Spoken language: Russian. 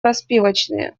распивочные